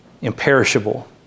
imperishable